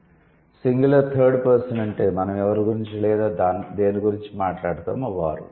'singular third person' అంటే మనం ఎవరి గురించి లేదా దేనిగురించి మాట్లాడతామో వారు